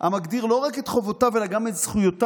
המגדיר לא רק חובותיו אלא גם את זכויותיו